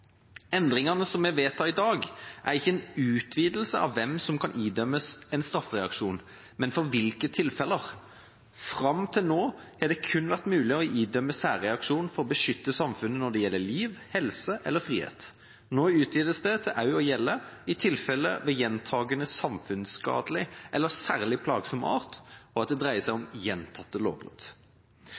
Endringene som vi vedtar i dag, er ikke en utvidelse av hvem som kan idømmes en straffereaksjon, men for hvilke tilfeller. Fram til nå har det kun vært mulig å idømme særreaksjon for å beskytte samfunnet når det gjelder liv, helse eller frihet. Nå utvides det til også å gjelde tilfeller av gjentatte lovbrudd av samfunnsskadelig eller særlig plagsom art.